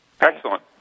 Excellent